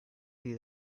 you